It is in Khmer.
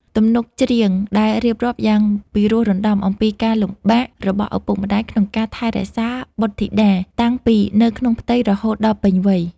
ទំនុកច្រៀងដែលរៀបរាប់យ៉ាងពិរោះរណ្តំអំពីការលំបាករបស់ឪពុកម្តាយក្នុងការថែរក្សាបុត្រធីតា តាំងពីនៅក្នុងផ្ទៃរហូតដល់ពេញវ័យ